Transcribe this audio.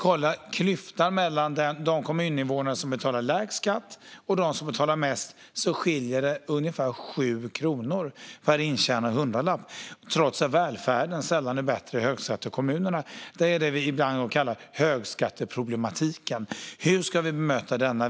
Klyftan mellan de kommuninvånare som betalar lägst skatt och de som betalar mest är ungefär 7 kronor per intjänad hundralapp, trots att välfärden sällan är bättre i högskattekommunerna. Det är det vi ibland kallar högskatteproblemet. Hur ska vi bemöta detta?